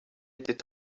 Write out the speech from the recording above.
était